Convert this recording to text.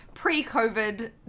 Pre-COVID